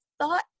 thought